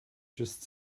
just